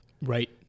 Right